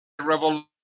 revolution